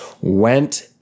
went